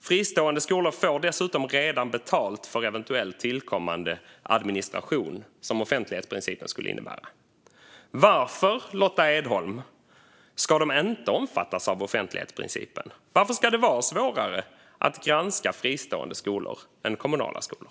Fristående skolor får dessutom redan betalt för eventuell tillkommande administration som offentlighetsprincipen skulle innebära. Varför, Lotta Edholm, ska de inte omfattas av offentlighetsprincipen? Varför ska det vara svårare att granska fristående skolor än kommunala skolor?